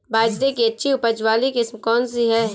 बाजरे की अच्छी उपज वाली किस्म कौनसी है?